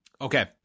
Okay